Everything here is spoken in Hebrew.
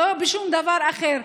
לא בשום דבר אחר.